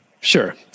sure